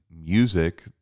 music